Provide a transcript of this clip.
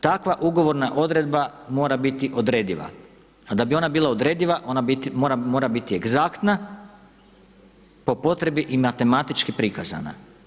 Takva ugovorna odredba mora biti odrediva, a da bi ona bila odrediva ona mora biti egzaktna po potrebi i matematički prikazana.